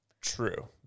True